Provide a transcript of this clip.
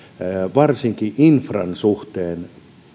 varsinkin infran suhteen